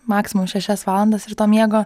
maksimum šešias valandas ir to miego